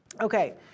Okay